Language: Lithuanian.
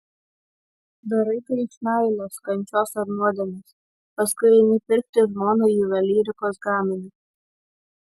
darai tai iš meilės kančios ar nuodėmės paskui eini pirkti žmonai juvelyrikos gaminio